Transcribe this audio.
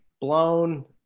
blown